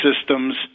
systems